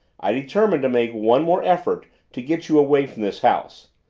i determined to make one more effort to get you away from this house.